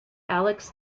alex